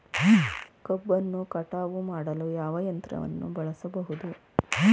ಕಬ್ಬನ್ನು ಕಟಾವು ಮಾಡಲು ಯಾವ ಯಂತ್ರವನ್ನು ಬಳಸಬಹುದು?